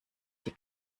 die